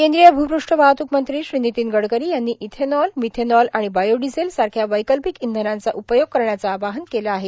केंद्रीय भूपृष्ठ वाहतूक मंत्री श्री नितीन गडकरी यांनी इथेनॉल मिथेनॉल आणि बायोडिझेल सारख्या वैकल्पिक इंधनांचा उपयोग करण्याचं आवाहन केलं आहे